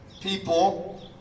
People